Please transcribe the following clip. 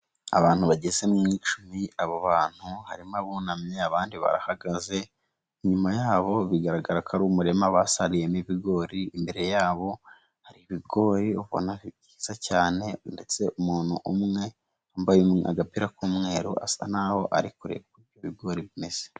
Abantu bageze mu icumi abo bantu harimo abunamye abandi barahagaze, inyuma yabo bigaragara ko ari umurima basariyemo ibigori, imbere yabo hari ibigori ubona byiza cyane ndetse umuntu umwe yambaye agapira k'umweru asa naho ari kureba uko ibigori bimeze.